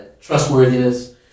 trustworthiness